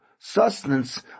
sustenance